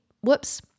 whoops